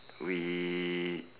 we